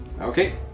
Okay